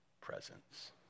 presence